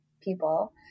people